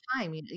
time